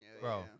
Bro